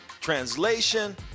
Translation